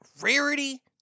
Rarity